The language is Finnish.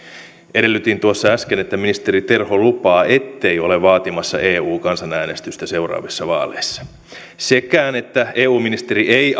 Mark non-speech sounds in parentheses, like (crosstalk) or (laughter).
edellytin tuossa äsken että ministeri terho lupaa ettei ole vaatimassa eu kansan äänestystä seuraavissa vaaleissa sekään että eu ministeri ei (unintelligible)